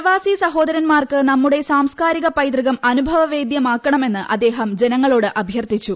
പ്രവാസി സഹോദരന്മാർക്ക് നമ്മുടെ സാംസ്ക്കാരിക പൈതൃകം അനുഭവവേദൃമാക്കണമെന്ന് അദ്ദേഹം ജനങ്ങളോട് അഭ്യർത്ഥിച്ചു